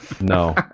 No